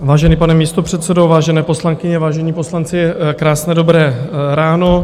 Vážený pane místopředsedo, vážené poslankyně, vážení poslanci, krásné dobré ráno.